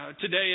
today